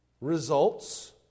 results